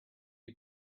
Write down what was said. you